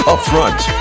Upfront